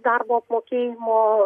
darbo apmokėjimo